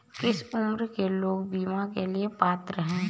किस उम्र के लोग बीमा के लिए पात्र हैं?